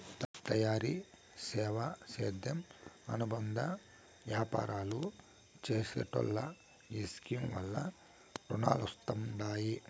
తయారీ, సేవా, సేద్యం అనుబంద యాపారాలు చేసెటోల్లో ఈ స్కీమ్ వల్ల రునాలొస్తండాయి